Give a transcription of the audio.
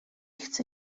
chcę